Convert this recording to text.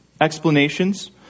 explanations